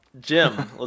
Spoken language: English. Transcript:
Jim